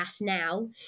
now